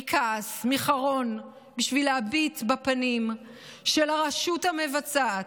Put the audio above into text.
מכעס, מחרון, בשביל להביט בפנים של הרשות המבצעת,